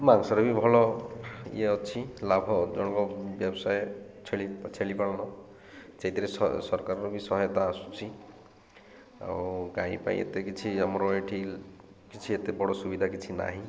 ମାଂସରେ ବି ଭଲ ଇଏ ଅଛି ଲାଭ ଜଣଙ୍କ ବ୍ୟବସାୟ ଛେଳି ଛେଳିପାଳନ ସେଇଥିରେ ସରକାରର ବି ସହାୟତା ଆସୁଛି ଆଉ ଗାଈଁ ପାଇଁ ଏତେ କିଛି ଆମର ଏଠି କିଛି ଏତେ ବଡ଼ ସୁବିଧା କିଛି ନାହିଁ